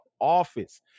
office